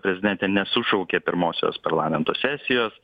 prezidentė nesušaukė pirmosios parlamento sesijos